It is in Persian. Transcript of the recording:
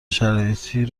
شرایطی